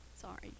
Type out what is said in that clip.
Sorry